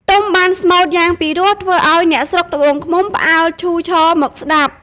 ទុំបានស្មូត្រយ៉ាងពិរោះធ្វើឲ្យអ្នកស្រុកត្បូងឃ្មុំផ្អើលឈូឆរមកស្តាប់។